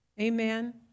Amen